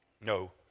no